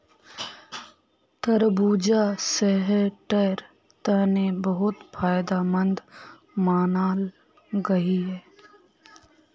तरबूजा सेहटेर तने बहुत फायदमंद मानाल गहिये